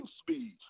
speed